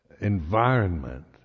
environment